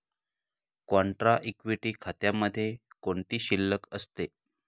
Contra equity खात्यामध्ये कोणती शिल्लक असते?